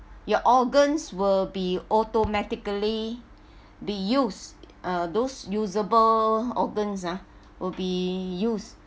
your organs will be automatically be used uh those usable organs ah will be used